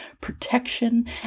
protection